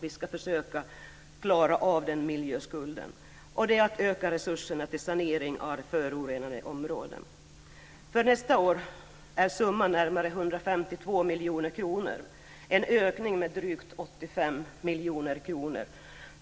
Vi ska försöka klara av den miljöskulden. Det är att öka resurserna till sanering av förorenade områden. För nästa år är summan närmare 152 miljoner kronor, en ökning med drygt 85 miljoner kronor.